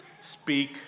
speak